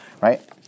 right